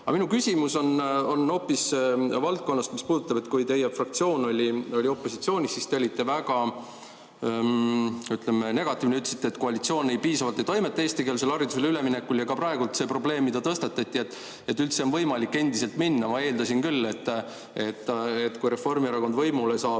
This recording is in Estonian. minu küsimus on hoopis [teisest] valdkonnast. Kui teie fraktsioon oli opositsioonis, siis te olite väga negatiivne ja ütlesite, et koalitsioon ei tee piisavalt [palju] eestikeelsele haridusele üleminekul, ja ka praegu see probleem, mis tõstatati, et üldse on võimalik endiselt minna. Ma eeldasin küll, et kui Reformierakond võimule saab,